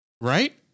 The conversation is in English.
Right